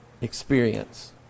experience